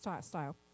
style